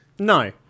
No